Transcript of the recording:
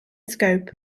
scope